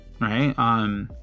right